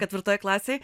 ketvirtoj klasėj